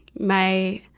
my,